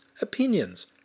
opinions